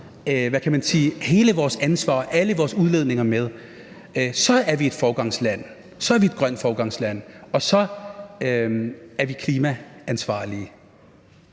hele vores ansvar og alle vores udledninger med. Så er vi et foregangsland, så er vi et grønt foregangsland, og så er vi klimaansvarlige.